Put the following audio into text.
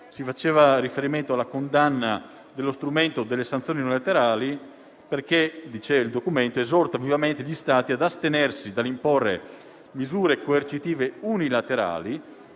si faceva riferimento alla condanna dello strumento delle sanzioni unilaterali. Il documento, infatti, «esorta vivamente tutti gli Stati ad astenersi dall'imporre misure coercitive unilaterali»